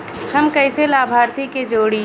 हम कइसे लाभार्थी के जोड़ी?